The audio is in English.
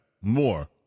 more